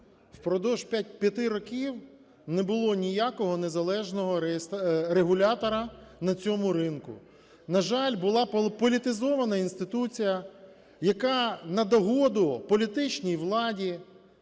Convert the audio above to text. впродовж п'яти років не було ніякого незалежного регулятора на цьому ринку. На жаль, була політизована інституція, яка на догоду політичній владі